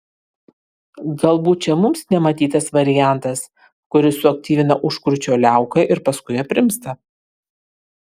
galbūt čia mums nematytas variantas kuris suaktyvina užkrūčio liauką ir paskui aprimsta